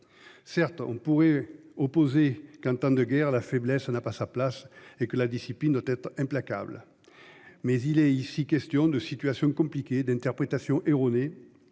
Certes, on pourrait opposer qu'en temps de guerre. La faiblesse n'a pas sa place et que la discipline doit être implacable. Mais il est ici question de situations compliquées d'interprétations erronées.